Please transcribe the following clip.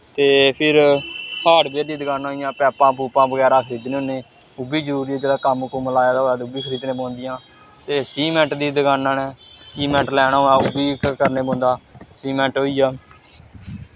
ते फिर हाडबेयर दियां दकानां होई गेइयां पैपां पूपां बगैरा खरीदने होन्ने ओह् बी जरूर इद्धर कम्म कुम्म लाए दा होऐ दे ओह् बी खरीदनै पौंदियां ते सीमैंट दी दकानां न सीमैंट लैना होऐ ओह् बी करने पौंदा सीमैंट होई गेआ